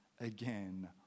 again